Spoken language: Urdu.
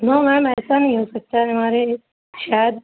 نو میم ایسا نہیں ہو سکتا ہے ہمارے شاید